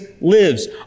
lives